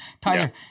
Tyler